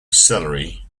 celery